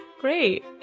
Great